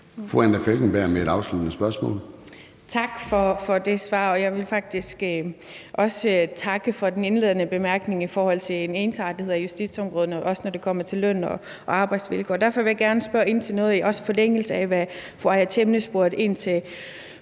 Fru Anna Falkenberg med et afsluttende spørgsmål. Kl. 13:26 Anna Falkenberg (SP): Tak for det svar. Jeg vil faktisk også takke for den indledende bemærkning om en ensartethed på justitsområderne, og også når det kommer til løn- og arbejdsvilkår. Derfor vil jeg også gerne spørge ind til noget, i forlængelse af hvad fru Aaja Chemnitz spurgte ind til.